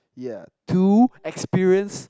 ya to experience